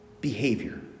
behavior